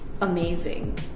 amazing